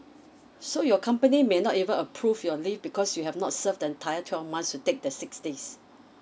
so your company may not even approve your leave because you have not serve the entire twelve months to take the six days